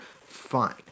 fine